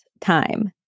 time